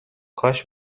کاش